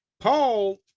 paul